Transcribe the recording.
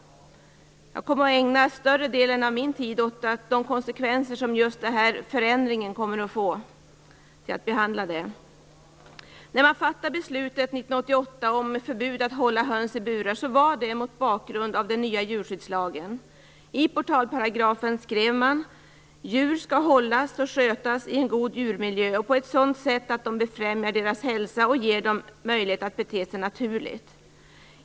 Jag kommer att ägna större delen av min tid åt att behandla de konsekvenser som just denna förändring kommer att få. När man fattade beslutet 1988 om förbud mot att hålla höns i burar var det mot bakgrund av den nya djurskyddslagen. I portalparagrafen skrev man att djur skall hållas och skötas i en god djurmiljö och på ett sådant sätt att det befrämjar deras hälsa och ger dem möjlighet att bete sig naturligt.